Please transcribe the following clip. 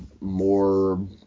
more